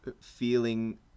feeling